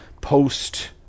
post